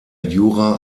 jura